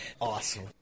Awesome